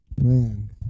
Man